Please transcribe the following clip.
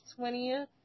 20th